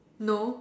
no